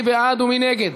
מי בעד ומי נגד?